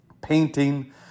painting